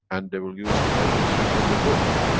and they will use every trick in the book.